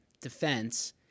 defense